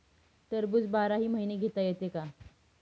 टरबूज बाराही महिने घेता येते का?